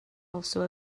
also